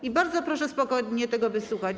I bardzo proszę spokojnie tego wysłuchać.